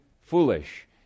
foolish